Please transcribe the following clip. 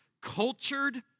cultured